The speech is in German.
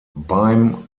beim